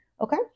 okay